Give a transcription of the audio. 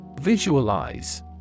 Visualize